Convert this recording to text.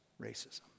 racism